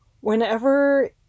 Whenever